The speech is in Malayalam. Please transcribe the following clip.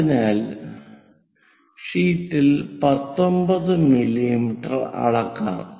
അതിനാൽ ഷീറ്റിൽ 19 മില്ലീമീറ്റർ അളക്കാം